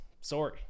Sorry